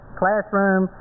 classroom